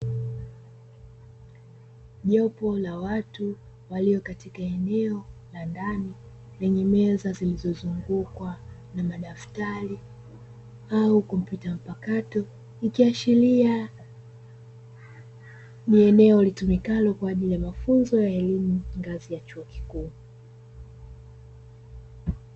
Jopo la watu waliopo katika eneo la ndani lenye meza zilizozungukwa na madaftari au komputa mpakato, ikiashiria ni eneo litumikalo kwa ajili ya mafunzo ya elimu ya ngazi ya chuo kikuu.